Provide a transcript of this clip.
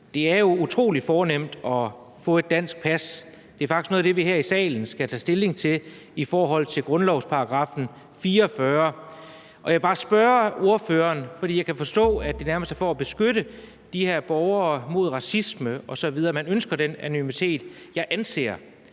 Det er jo utrolig fornemt at få et dansk pas. Det er faktisk noget af det, vi her i salen skal tage stilling til i henhold til grundlovens § 44. Jeg vil bare spørge ordføreren om noget her. Jeg kan forstå, at det nærmest er for at beskytte de her borgere mod racisme osv., at man ønsker den her anonymitet. Jeg anser